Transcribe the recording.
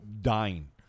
dying